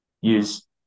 use